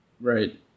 Right